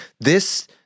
this-